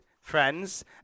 friends